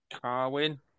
Carwin